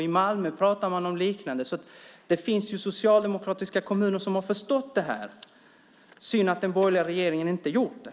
I Malmö pratar man om liknande. Det finns socialdemokratiska kommuner som har förstått det här. Synd att den borgerliga regeringen inte gjort det.